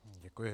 Děkuji.